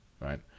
right